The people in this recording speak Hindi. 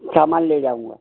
सामान ले जाऊँगा